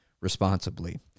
responsibly